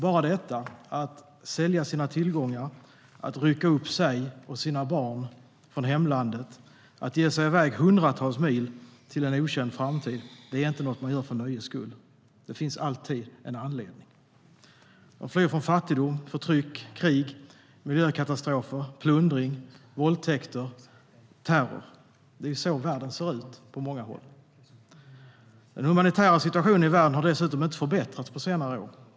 Bara det att sälja sina tillgångar, att rycka upp sig och sina barn från hemlandet, att ge sig i väg hundratals mil till en okänd framtid, är inte något man gör för nöjes skull. Det finns alltid en anledning. De flyr från fattigdom, förtryck, krig, miljökatastrofer, plundring, våldtäkter och terror. Det är så världen ser ut på många håll. Den humanitära situationen i världen har dessutom inte förbättrats på senare år.